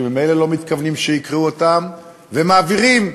שממילא לא מתכוונים שיקראו אותן, ומעבירים.